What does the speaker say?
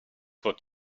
what